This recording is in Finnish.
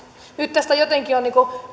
nyt tästä jotenkin on